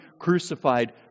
crucified